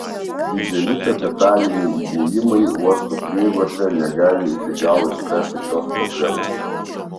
dideli kapitaliniai įdėjimai uostų prieigose negali iki galo išspręsti šios problemos